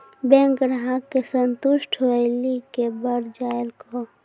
Bank ग्राहक के संतुष्ट होयिल के बढ़ जायल कहो?